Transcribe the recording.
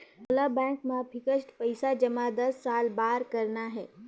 मोला बैंक मा फिक्स्ड पइसा जमा दस साल बार करना हे?